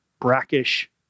brackish